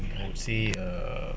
I will say err